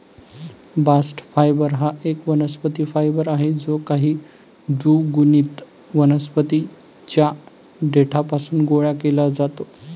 bast fibre हा एक वनस्पती फायबर आहे जो काही द्विगुणित वनस्पतीं च्या देठापासून गोळा केला जातो